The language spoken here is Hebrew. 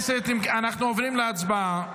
חברי הכנסת, אנחנו עוברים להצבעה.